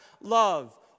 love